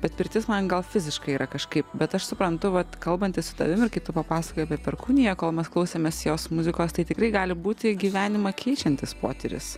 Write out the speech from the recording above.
bet pirtis man gal fiziškai yra kažkaip bet aš suprantu vat kalbantis su tavim ir kai tu papasakojai apie perkūniją kol mes klausėmės jos muzikos tai tikrai gali būti gyvenimą keičiantis potyris